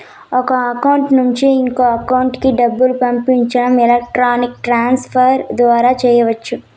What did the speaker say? ఒక అకౌంట్ నుండి ఇంకో అకౌంట్ కి డబ్బులు పంపించడం ఎలక్ట్రానిక్ ట్రాన్స్ ఫర్ ద్వారా చెయ్యచ్చు